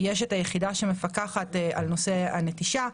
יש את היחידה שמפקחת על נושא הנטישה,